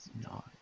No